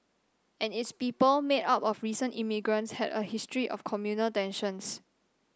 and its people made up of recent immigrants had a history of communal tensions